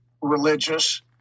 religious